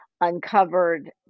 uncovered